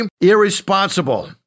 irresponsible